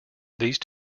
these